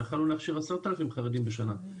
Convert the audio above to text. יכלנו להכשיר 10,000 חרדים בשנה.